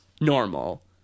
Normal